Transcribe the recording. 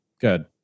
good